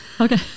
Okay